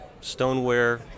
stoneware